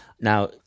now